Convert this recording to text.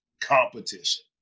competition